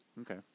Okay